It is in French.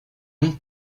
non